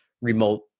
remote